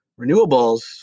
renewables